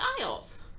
aisles